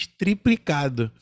triplicado